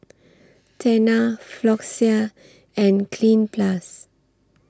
Tena Floxia and Cleanz Plus